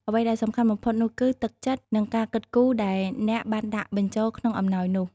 អ្វីដែលសំខាន់បំផុតនោះគឺ ទឹកចិត្ត និងការគិតគូរ ដែលអ្នកបានដាក់បញ្ចូលក្នុងអំណោយនោះ។